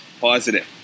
Positive